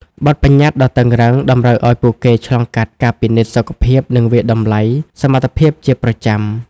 បទប្បញ្ញត្តិដ៏តឹងរ៉ឹង តម្រូវឲ្យពួកគេឆ្លងកាត់ការពិនិត្យសុខភាពនិងវាយតម្លៃសមត្ថភាពជាប្រចាំ។